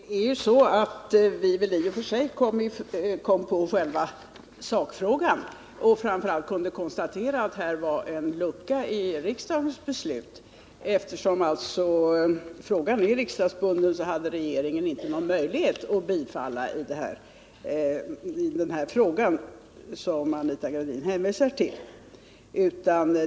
Herr talman! Det är så att vi väl i och för sig kom på själva sakfrågan och framför allt kunde konstatera att här var en lucka i riksdagens beslut. Eftersom frågan är riksdagsbunden hade regeringen inte någon möjlighet att bifalla statsbidrag i den fråga som Anita Gradin hänvisar till.